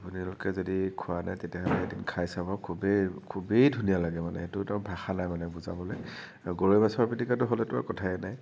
আপোনালোকে যদি খোৱা নাই তেতিয়াহ'লে এদিন খাই চাব খুবেই খুবেই ধুনীয়া লাগে মানে এইটো একদম ভাষা নাই মানে বুজাবলৈ আৰু গৰৈ মাছৰ পিটিকাটো হ'লেতো আৰু কথাই নাই